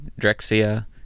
Drexia